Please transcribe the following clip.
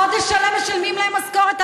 חודש שלם משלמים להם משכורת.